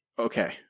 Okay